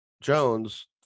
Jones